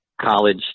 college